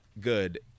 good